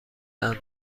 اند